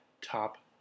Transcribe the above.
top